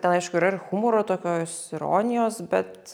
ten aišku yra ir humoro tokios ironijos bet